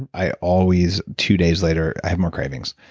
and i always, two days later, i have more cravings.